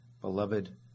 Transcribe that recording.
beloved